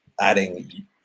adding